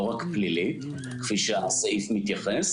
לא רק פלילית כמו שהסעיף מתייחס